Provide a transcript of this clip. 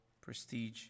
prestige